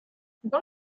dans